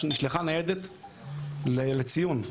שנשלחה ניידת לציון הרשב"י,